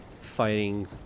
fighting